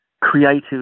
creative